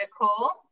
Nicole